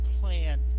plan